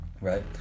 right